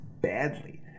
badly